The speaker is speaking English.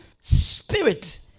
spirit